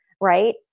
Right